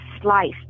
sliced